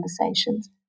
conversations